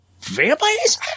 Vampires